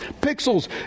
Pixels